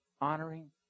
Honoring